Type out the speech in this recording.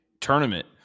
tournament